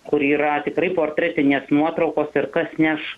kur yra tikrai portretinės nuotraukos ir kas neš